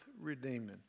redeeming